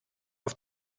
auf